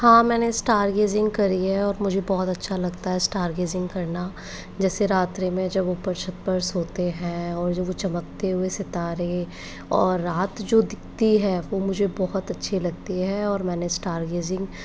हाँ मैंने star gazing करी है और मुझे बहुत अच्छा लगता है स्टार गेजिंग करना जैसे रात्रि में जब ऊपर छत पर सोते हैं और जब वो चमकते हुए सितारे और रात्रि जो दिखती है वह मुझे बहुत अच्छी लगती और मैंने स्टार गेजिंग गेजिंग